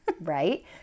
Right